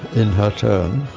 in her turn,